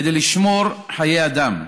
כדי לשמור על חיי אדם.